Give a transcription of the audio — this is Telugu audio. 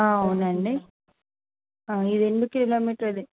ఆ అవునండి ఇది ఎన్ని కిలో మీటర్